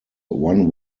one